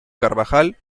carvajal